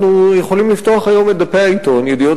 הוא יכול לפתוח היום את דפי העיתון "ידיעות